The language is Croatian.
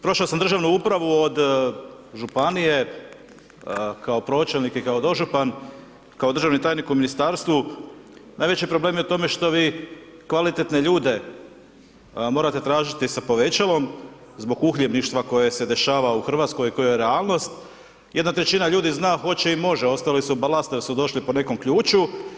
Prošao sam državu upravu od županije, kao pročelnik i kao dožupan, kao državni tajnik u ministarstvu, najveći problem je u tome što vi, kvalitetne ljude morate tražiti sa povećalom, zbog uhljebništva koje se dešava u Hrvatskoj i koja je realnost, 1/3 ljudi zna, hoće i može, ostali su … jer su došli po nekom ključu.